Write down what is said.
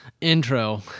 intro